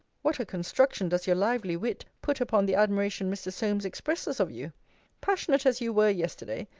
what a construction does your lively wit put upon the admiration mr. solmes expresses of you passionate as you were yesterday,